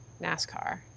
nascar